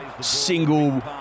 single